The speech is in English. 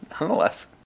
nonetheless